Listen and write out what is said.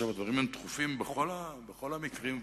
הדברים דחופים בכל המקרים,